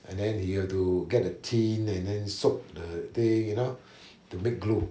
and then you have to get a tin and then soak the thing you know to make glue